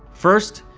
first,